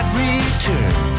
return